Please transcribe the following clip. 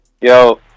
Yo